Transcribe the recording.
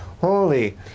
holy